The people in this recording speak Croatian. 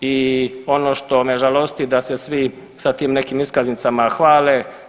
I ono što me žalosti da se svi sa tim nekim iskaznicama hvale.